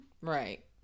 right